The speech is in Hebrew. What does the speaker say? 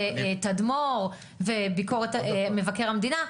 תדמור וביקורת מבקר המדינה,